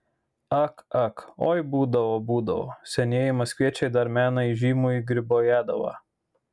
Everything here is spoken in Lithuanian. ak ak oi būdavo būdavo senieji maskviečiai dar mena įžymųjį gribojedovą